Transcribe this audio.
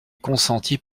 consentis